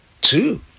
Two